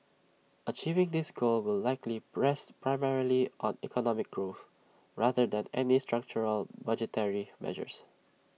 achieving this goal will likely rest primarily on economic growth rather than any structural budgetary measures